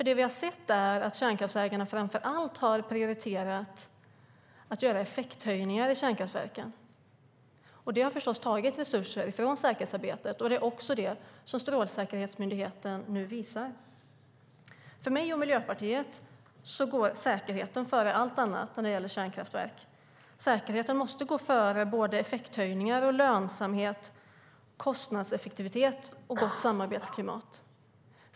Det vi har sett är att kärnkraftsägarna framför allt har prioriterat att göra effekthöjningar i kärnkraftverken, och det har förstås tagit resurser från säkerhetsarbetet, och det är också det som Strålsäkerhetsmyndigheten nu visar. För mig och Miljöpartiet går säkerheten före allt annat när det gäller kärnkraftverk. Säkerheten måste gå före effekthöjningar, lönsamhet, kostnadseffektivitet och gott samarbetsklimat.